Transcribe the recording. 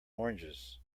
oranges